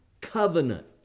covenant